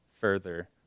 further